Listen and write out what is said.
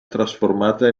trasformata